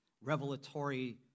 revelatory